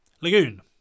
Lagoon